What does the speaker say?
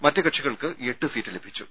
മറ്റ് കക്ഷികൾക്ക് എട്ട് സീറ്റ് ലഭിച്ചു